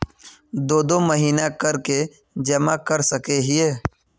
दो दो महीना कर के जमा कर सके हिये?